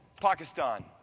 Pakistan